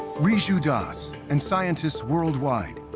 rhiju das, and scientists worldwide,